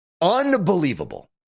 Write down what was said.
unbelievable